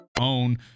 own